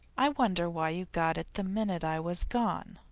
i wonder why you got it the minute i was gone.